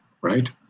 right